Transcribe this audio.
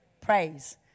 praise